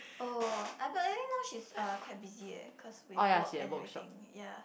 oh I but I think now she's uh quite busy eh cause with work and everything ya